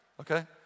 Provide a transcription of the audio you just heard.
okay